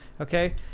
okay